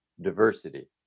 diversity